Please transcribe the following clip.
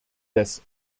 des